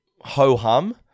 ho-hum